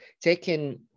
taking